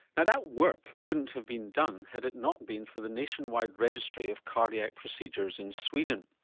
now that work couldn't have been done had it not been for the nationwide registry of cardiac procedures in sweden.